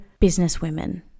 businesswomen